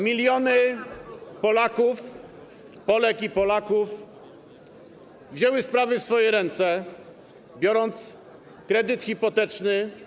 Miliony Polek i Polaków wzięło sprawy w swoje ręce, biorąc kredyt hipoteczny.